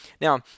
Now